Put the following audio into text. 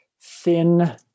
thin